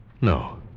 No